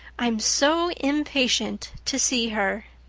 i'm so impatient to see her.